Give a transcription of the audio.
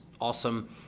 awesome